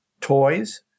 toys